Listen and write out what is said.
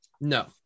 No